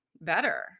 better